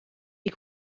die